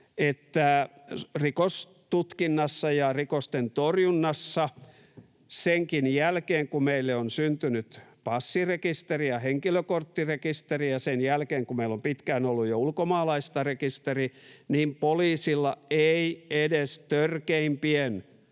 että rikostutkinnassa ja rikosten torjunnassa senkin jälkeen, kun meille on syntynyt passirekisteri ja henkilökorttirekisteri, ja sen jälkeen, kun meillä on jo pitkään ollut ulkomaalaisista rekisteri, niin poliisilla ei edes törkeimpien